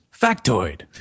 Factoid